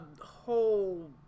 whole